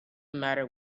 matter